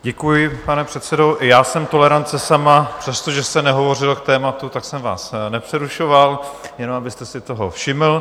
Děkuji, pane předsedo, já jsem tolerance sama, přestože jste nehovořil k tématu, tak jsem vás nepřerušoval jenom abyste si toho všiml.